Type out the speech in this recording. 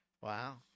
Wow